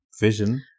vision